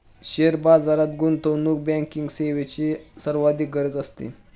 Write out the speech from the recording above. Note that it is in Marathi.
शेअर बाजारात गुंतवणूक बँकिंग सेवेची सर्वाधिक गरज असते